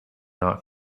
not